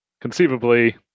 conceivably